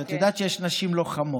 אז את יודעת שיש נשים לוחמות.